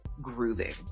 grooving